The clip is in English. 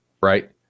right